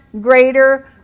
greater